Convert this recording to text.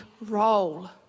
role